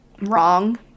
wrong